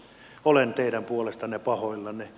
olen teidän puolestanne pahoillani